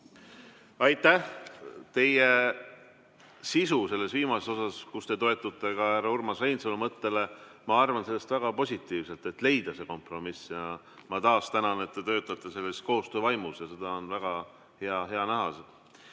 Aitäh! Teie küsimuse sisust selles viimases osas, kus te toetute ka härra Urmas Reinsalu mõttele, ma arvan väga positiivselt. Tuleb leida see kompromiss. Ja ma taas tänan, et te töötate sellises koostöövaimus, seda on väga hea näha.